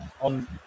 on